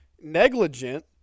negligent